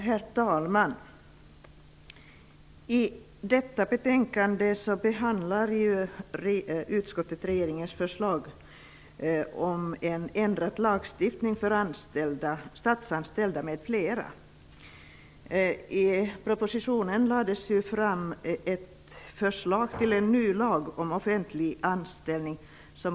Herr talman! I detta betänkande behandlar utskottet regeringens förslag om en ändrad lagstiftning för statsanställda m.fl. I propositionen finns det ett förslag till en ny lag om offentlig anställning, LOA.